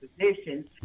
positions